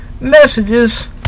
messages